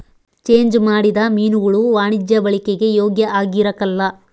change ಮಾಡಿದ ಮೀನುಗುಳು ವಾಣಿಜ್ಯ ಬಳಿಕೆಗೆ ಯೋಗ್ಯ ಆಗಿರಕಲ್ಲ